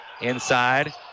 inside